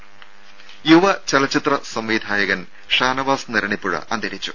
രും യുവ ചലച്ചിത്ര സംവിധായകൻ ഷാനവാസ് നരണിപ്പുഴ അന്തരിച്ചു